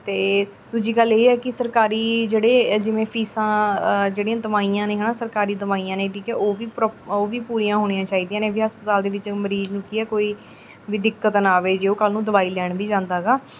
ਅਤੇ ਦੂਜੀ ਗੱਲ ਇਹ ਹੈ ਕਿ ਸਰਕਾਰੀ ਜਿਹੜੇ ਜਿਵੇਂ ਫੀਸਾਂ ਜਿਹੜੀਆਂ ਦਵਾਈਆਂ ਨੇ ਹੈ ਨਾ ਸਰਕਾਰੀ ਦਵਾਈਆਂ ਨੇ ਠੀਕ ਹੈ ਉਹ ਵੀ ਪ੍ਰੋ ਉਹ ਵੀ ਪੂਰੀਆਂ ਹੋਣੀਆਂ ਚਾਹੀਦੀਆਂ ਨੇ ਵੀ ਹਸਪਤਾਲ ਦੇ ਵਿੱਚ ਮਰੀਜ਼ ਨੂੰ ਕੀ ਹੈ ਕੋਈ ਵੀ ਦਿੱਕਤ ਨਾ ਆਵੇ ਜੇ ਉਹ ਕੱਲ੍ਹ ਨੂੰ ਦਵਾਈ ਲੈਣ ਵੀ ਜਾਂਦਾ ਹੈਗਾ